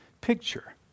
picture